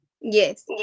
yes